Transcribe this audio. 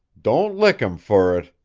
don't lick him fer it!